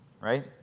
right